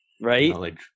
Right